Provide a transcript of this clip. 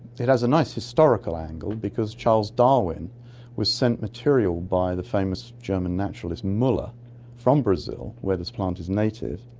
it has a nice historical angle because charles darwin was sent material by the famous german naturalist muller from brazil where this plant is native,